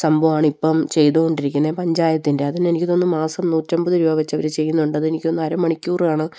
സംഭവമാണ് ഇപ്പം ചെയ്തുകൊണ്ടിരിക്കുന്നത് പഞ്ചായത്തിൻ്റെ അതിന് എനിക്ക് തോന്നുന്നത് മാസം നൂറ്റിയമ്പത് രൂപ വെച്ച് അവര് ചെയ്യുന്നുണ്ട് അത് എനിക്ക് തോന്നുന്നു അര മണിക്കൂറാണ്